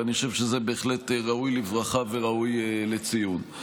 ואני חושב שזה בהחלט ראוי לברכה וראוי לציון.